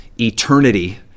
eternity